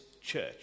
church